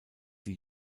die